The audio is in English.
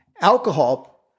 Alcohol